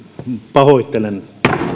pahoittelen